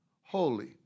Holy